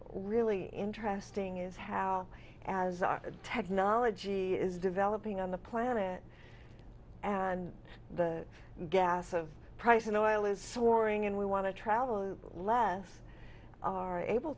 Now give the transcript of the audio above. really interesting is how as our technology is developing on the planet and the gas of price in oil is soaring and we want to travel less are able